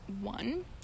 one